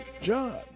John